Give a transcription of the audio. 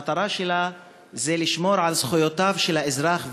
המטרה שלהן זה לשמור על זכויותיו של האזרח,